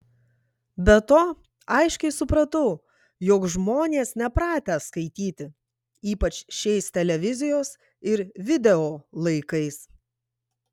be to aiškiai supratau jog žmonės nepratę skaityti ypač šiais televizijos ir video laikais